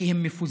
כי הם מפוזרים.